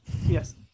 Yes